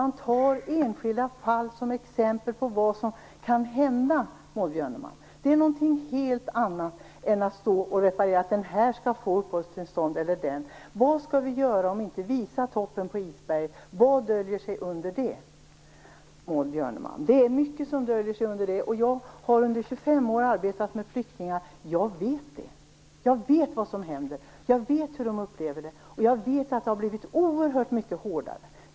Att enskilda fall nämns som exempel på vad som kan hända är, Maud Björnemalm, något helt annat än att bara referera vilka som skall få uppehållstillstånd. Vad annat kan vi göra än visa på toppen av isberget? Vad döljer sig där, Maud Björnemalm? Ja, det är mycket som döljs där. I 25 års tid har jag arbetat med flyktingar, så jag vet hur det är. Jag vet vad som händer. Jag vet hur de här människorna upplever situationen. Jag vet också att det har blivit oerhört mycket hårdare.